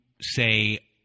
say